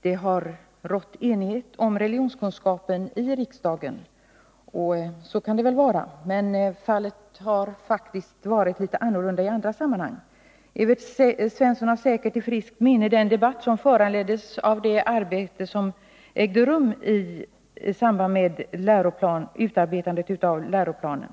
det har rått enighet i riksdagen om religionskunskapen. Så kan det väl vara, men det har faktiskt varit annorlunda i andra sammanhang. Evert Svensson har säkert i friskt minne den debatt som föranleddes av utarbetandet av ny läroplan.